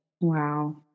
Wow